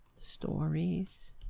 stories